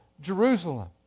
Jerusalem